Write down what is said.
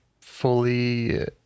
fully